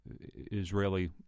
Israeli